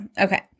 Okay